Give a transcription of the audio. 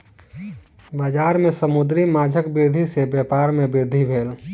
बजार में समुद्री माँछक वृद्धि सॅ व्यापार में वृद्धि भेल